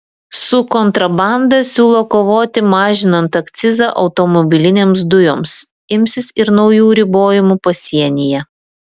su kontrabanda siūlo kovoti mažinant akcizą automobilinėms dujoms imsis ir naujų ribojimų pasienyje